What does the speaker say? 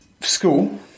school